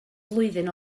flwyddyn